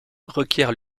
requiert